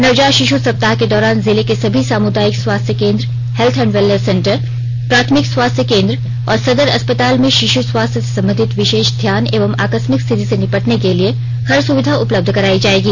नवजात शिशु सप्ताह के दौरान जिले के सभी समुदायिक स्वास्थ्य केन्द्र हेल्थ एण्ड वेलनेस सेटर प्राथमिक स्वास्थ्य केन्द्र और सदर अस्पताल में शिशु स्वास्थ्य से संबंधित विशेष ध्यान एवं आकस्मिक स्थिति से निपटने के लिए हर सुविधा उपलब्ध कराई जायेगी